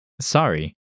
Sorry